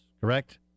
correct